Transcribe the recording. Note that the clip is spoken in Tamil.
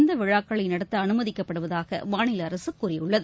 இந்தவிழாக்களைநடத்தஅனுமதிக்கப் படுவதாகமாநிலஅரசுகூறியுள்ளது